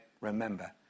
remember